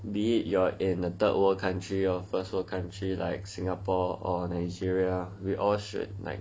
be it you're in a third world country or first world country like singapore or nigeria we all should like